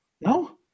No